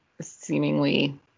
seemingly